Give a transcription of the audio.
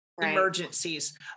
emergencies